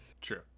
true